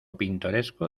pintoresco